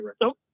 Nope